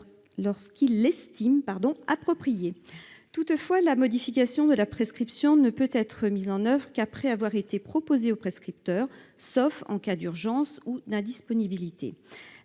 lorsqu'il l'estime approprié. Toutefois, la modification de la prescription ne peut être mise en oeuvre qu'après avoir été proposée au prescripteur, sauf en cas d'urgence ou d'indisponibilité.